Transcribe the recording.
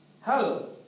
Hello